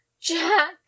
Jack